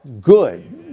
good